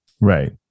Right